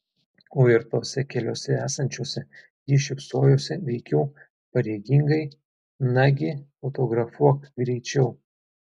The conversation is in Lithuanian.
o ir tose keliose esančiose ji šypsojosi veikiau pareigingai nagi fotografuok greičiau